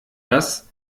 das